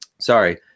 Sorry